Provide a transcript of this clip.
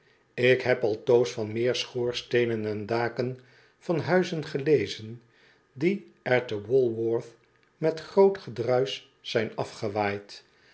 ik heb altoos van meer schoorsteenen en daken van huizen gelezen die er te walworth met groot gedruisch zijn